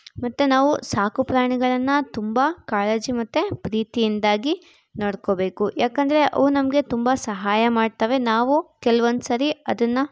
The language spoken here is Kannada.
ಮತ್ತೆ ನಾವು ಸಾಕು ಪ್ರಾಣಿಗಳನ್ನು ತುಂಬ ಕಾಳಜಿ ಮತ್ತು ಪ್ರೀತಿಯಿಂದಾಗಿ ನೋಡ್ಕೊಬೇಕು ಯಾಕಂದರೆ ಅವು ನಮಗೆ ತುಂಬ ಸಹಾಯ ಮಾಡ್ತವೆ ನಾವು ಕೆಲ್ವೊಂದ್ಸರಿ ಅದನ್ನು